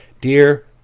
Dear